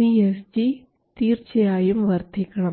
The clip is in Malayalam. VSG തീർച്ചയായും വർദ്ധിക്കണം